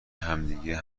همدیگر